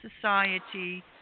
society